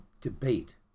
debate